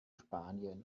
spanien